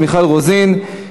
מיכל רוזין,